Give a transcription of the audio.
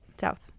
south